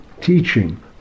teaching